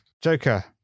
Joker